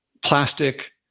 plastic –